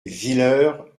villers